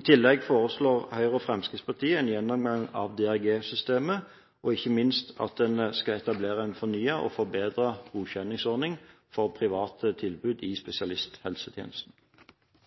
I tillegg foreslår Høyre og Fremskrittspartiet at en får en gjennomgang av DRG-systemet, og ikke minst at en får etablert en fornyet og forbedret godkjenningsordning for private tilbud i